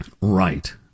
Right